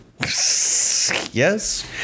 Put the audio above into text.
Yes